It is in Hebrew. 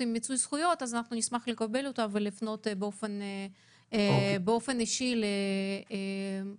עם מיצוי זכויות נשמח לקבל אותה ולפנות באופן אישי